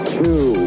two